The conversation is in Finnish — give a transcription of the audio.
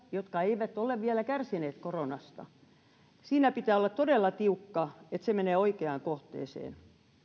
jotka eivät ole vielä kärsineet koronasta kun ovat anoneet siinä pitää olla todella tiukka että se menee oikeaan kohteeseen